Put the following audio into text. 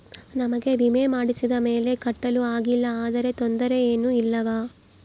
ನಮಗೆ ವಿಮೆ ಮಾಡಿಸಿದ ಮೇಲೆ ಕಟ್ಟಲು ಆಗಿಲ್ಲ ಆದರೆ ತೊಂದರೆ ಏನು ಇಲ್ಲವಾ?